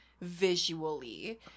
visually